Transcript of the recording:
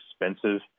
expensive